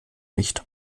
nicht